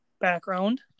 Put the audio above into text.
background